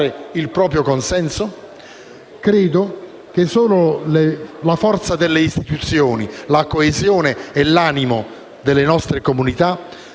Grazie